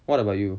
what about you